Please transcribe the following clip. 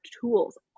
tools